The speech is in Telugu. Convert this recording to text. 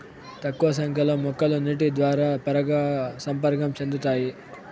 తక్కువ సంఖ్య లో మొక్కలు నీటి ద్వారా పరాగ సంపర్కం చెందుతాయి